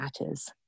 matters